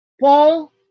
Paul